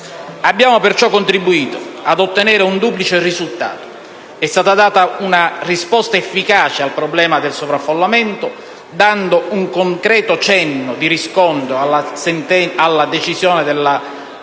Abbiamo perciò contribuito ad ottenere un duplice risultato: è stata data una risposta efficace al problema del sovraffollamento, dando un concreto cenno di riscontro alla decisione della Corte